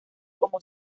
como